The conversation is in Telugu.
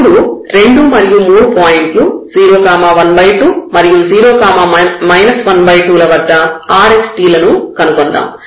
ఇప్పుడు రెండు మరియు మూడు పాయింట్లు 0 12 మరియు 0 12 ల వద్ద r s t లను కనుగొందాం